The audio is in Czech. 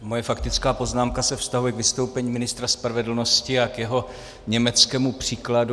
Moje faktická se vztahuje k vystoupení ministra spravedlnosti a jeho německému příkladu.